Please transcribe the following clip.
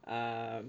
um